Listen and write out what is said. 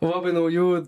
labai naujų